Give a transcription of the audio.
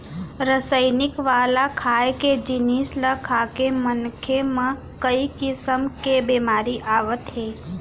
रसइनिक वाला खाए के जिनिस ल खाके मनखे म कइ किसम के बेमारी आवत हे